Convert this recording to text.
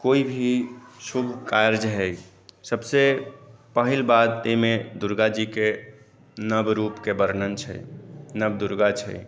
कोइ भी शुभ कार्य है सबसे पहिल बात एहिमे दुर्गा जी के नवरूप के वर्णन छै नवदुर्गा छै